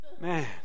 Man